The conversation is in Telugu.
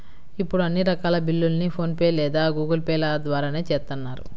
ఇప్పుడు అన్ని రకాల బిల్లుల్ని ఫోన్ పే లేదా గూగుల్ పే ల ద్వారానే చేత్తన్నారు